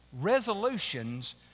resolutions